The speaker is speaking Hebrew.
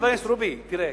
חבר הכנסת רובי, תראה.